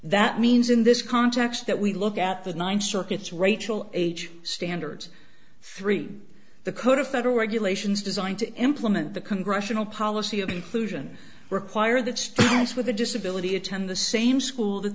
that means in this context that we look at the ninth circuit's rachel age standards three the code of federal regulations designed to implement the congressional policy of inclusion require that as with a disability attend the same school that